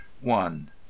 one